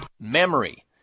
Memory